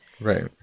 Right